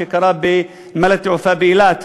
שקרה בנמל התעופה באילת,